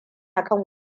akan